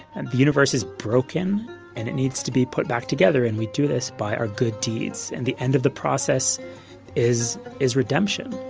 and the universe is broken and it needs to be put back together. and we do this by our good deeds, and the end of the process is is redemption.